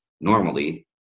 normally